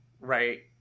Right